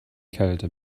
kälte